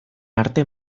arte